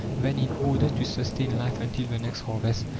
then, in order to sustain life until the next harvest,